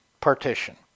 partition